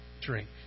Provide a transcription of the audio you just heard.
Drink